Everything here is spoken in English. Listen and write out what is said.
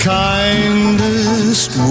kindest